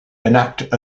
enact